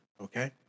Okay